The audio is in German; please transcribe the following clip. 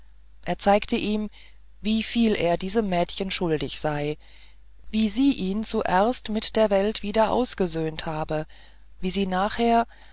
er zeigte ihm wie viel er diesem mädchen schuldig sei wie sie ihn zuerst mit der welt wieder ausgesöhnt habe wie sie nachher